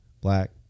black